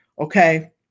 Okay